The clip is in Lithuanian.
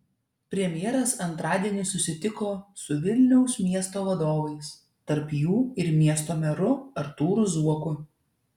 premjeras antradienį susitiko su vilniaus miesto vadovais tarp jų ir miesto meru artūru zuoku